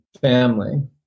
family